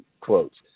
quotes